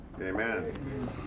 Amen